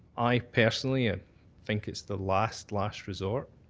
i personally, i think it's the last, last resort.